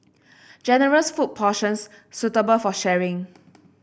generous food portions suitable for sharing